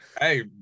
Hey